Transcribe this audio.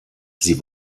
sie